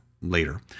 later